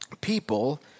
people